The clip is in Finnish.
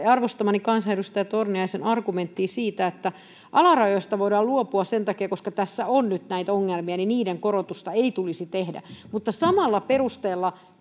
arvostamani kansanedustaja torniaisen argumenttia siitä että alarajoista voidaan luopua sen takia että koska tässä on nyt näitä ongelmia niiden korotusta ei tulisi tehdä mutta samalla perusteella